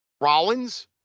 Rollins